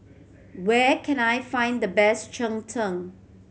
where can I find the best cheng tng